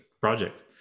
project